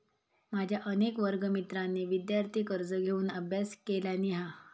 माझ्या अनेक वर्गमित्रांनी विदयार्थी कर्ज घेऊन अभ्यास केलानी हा